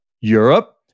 Europe